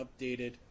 updated